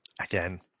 Again